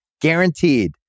guaranteed